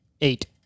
Eight